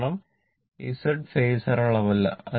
കാരണം Z phasor അളവിലല്ല